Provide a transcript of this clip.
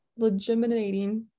legitimating